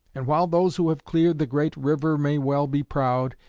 and while those who have cleared the great river may well be proud,